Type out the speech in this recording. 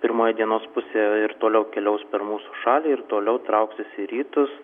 pirmoje dienos pusėje ir toliau keliaus per mūsų šalį ir toliau trauksis į rytus